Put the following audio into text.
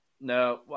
No